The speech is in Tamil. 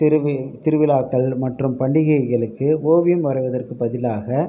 திருவி திருவிழாக்கள் மற்றும் பண்டிகைகளுக்கு ஓவியம் வரைவதற்குப் பதிலாக